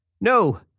No